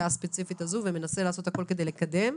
הספציפית הזאת ומנסה לעשות הכול כדי לקדם,